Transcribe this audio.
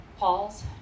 Paul's